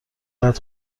بعد